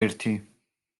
ერთი